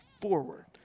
forward